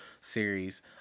series